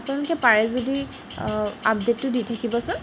আপোনালোকে পাৰে যদি আপডেটটো দি থাকিবচোন